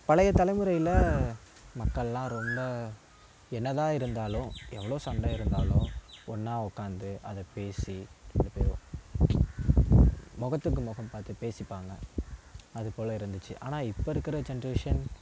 பழைய தலைமுறையில் மக்கள்லாம் ரொம்ப என்ன தான் இருந்தாலும் எவ்வளோ சண்டை இருந்தாலும் ஒன்னாக உக்காந்து அதை பேசி ரெண்டு பேரும் முகத்துக்கு முகம் பார்த்து பேசிப்பாங்க அதுபோல இருந்துச்சு ஆனால் இப்போ இருக்குற ஜென்ரேஷன்